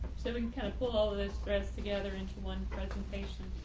seven kind of put all this stress together into one presentation.